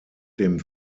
dem